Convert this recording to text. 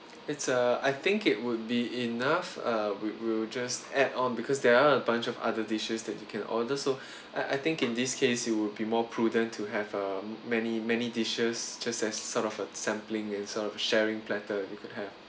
it's a I think it would be enough uh we we'll just add on because there are a bunch of other dishes that you can order so I I think in this case you will be more prudent to have uh many many dishes just as sort of a sampling and sort of sharing platter you could have